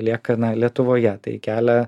lieka lietuvoje tai kelia